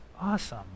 awesome